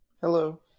Hello